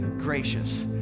gracious